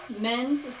men's